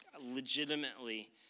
legitimately